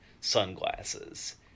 sunglasses